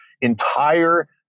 entire